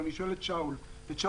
אני שואל את שאול מרידור,